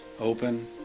open